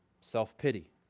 self-pity